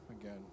again